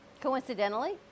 Coincidentally